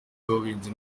y’ubuhinzi